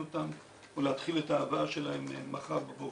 אותם או להתחיל את ההבאה שלהם מחר בבוקר.